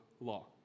law